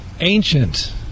Ancient